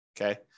Okay